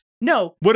No